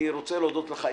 אני רוצה להודות לך,